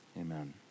Amen